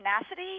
tenacity